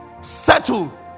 settle